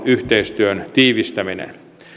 yhteistyön tiivistäminen